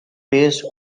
based